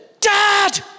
Dad